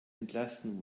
entlasten